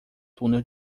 túnel